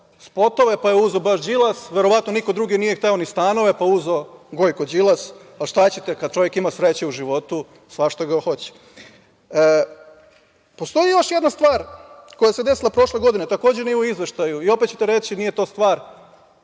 spotove, pa je uzeo baš Đilas. Verovatno niko drugi nije hteo ni stanove, pa uzeo Gojko Đilas. Šta ćete, kad čovek ima sreće u životu, svašta ga hoće. Postoji još jedna stvar koja se desila prošle godine, takođe nije u izveštaju, i opet ćete reći – mi to ne